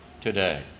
today